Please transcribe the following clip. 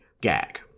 gag